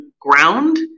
ground